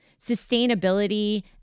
sustainability